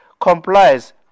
complies